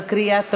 בקריאה טרומית.